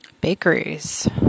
Bakeries